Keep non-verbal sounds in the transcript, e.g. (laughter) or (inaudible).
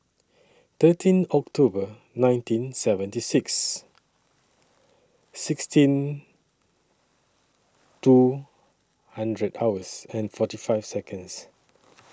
thirteen October nineteen seventy six sixteen two and (unintelligible) and forty five Seconds